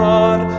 God